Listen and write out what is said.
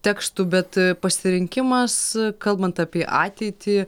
tekstų bet pasirinkimas kalbant apie ateitį